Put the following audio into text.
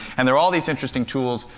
and there are all these interesting tools.